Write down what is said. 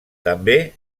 també